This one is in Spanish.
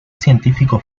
científico